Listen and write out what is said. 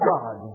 God